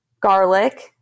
garlic